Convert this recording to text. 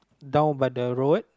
down by the road